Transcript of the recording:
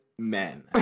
Men